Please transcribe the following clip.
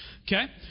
Okay